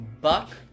Buck